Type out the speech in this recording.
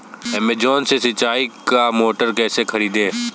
Amazon से सिंचाई का मोटर कैसे खरीदें?